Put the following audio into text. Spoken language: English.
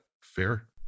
fair